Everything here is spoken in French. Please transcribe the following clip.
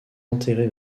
enterré